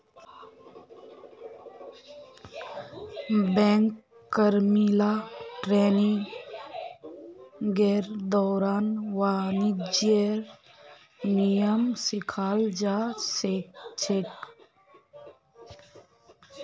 bank कर्मि ला ट्रेनिंगेर दौरान वाणिज्येर नियम सिखाल जा छेक